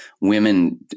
women